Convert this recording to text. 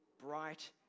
bright